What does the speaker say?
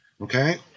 Okay